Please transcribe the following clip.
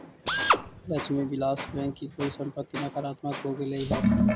Lakshmi Vilas bank की कुल संपत्ति नकारात्मक हो गेलइ हल